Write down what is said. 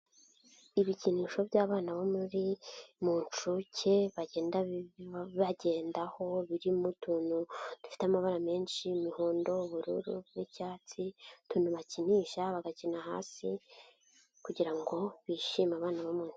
Ibikinisho by'abana bo muri mu nshuke bagenda bagendaho, birimo utuntu dufite amabara menshi y'imihondo, ubururu, n'icyatsi, utuntu bakinisha bagakina hasi kugira ngo bishime abana bamwe.